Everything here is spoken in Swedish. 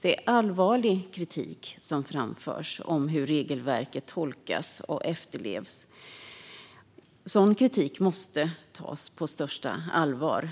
Det är allvarlig kritik som framförs om hur regelverket tolkas och efterlevs. Sådan kritik måste tas på största allvar.